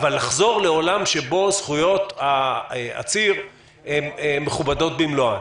לחזור לעולם שבו זכויות העציר מכובדות במלואן?